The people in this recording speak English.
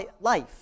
life